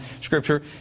Scripture